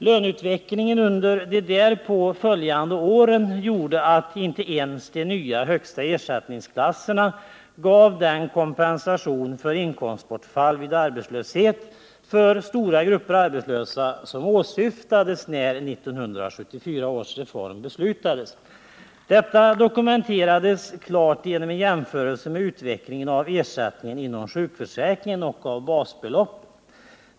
Löneutvecklingen under de därpå följande åren gjorde att de nya högsta ersättningarna för stora grupper arbetslösa inte ens gav den kompensation för inkomstbortfall vid arbetslöshet som åsyftades när 1974 års reform beslutades. Detta dokumenteras klart av en jämförelse med utvecklingen av ersättningen inom sjukförsäkringen och av basbeloppet.